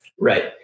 Right